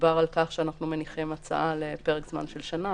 דובר על כך שאנחנו מניחים הצעה לפרק זמן של שנה,